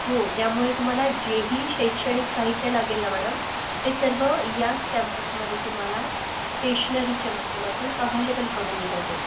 हो त्यामुळे तुम्हाला जेही शैक्षणिक साहित्य लागेल ना मॅडम ते सर्व याच कॅम्पसमध्ये तुम्हाला स्टेशनरीच्या माध्यमातून अव्हॅलेबल करून दिलं जाईल